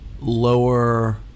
lower